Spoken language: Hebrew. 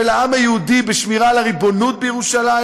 מעמד העם היהודי, בשמירה על הריבונות בירושלים,